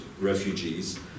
refugees